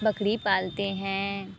बकरी पालते हैं